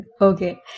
Okay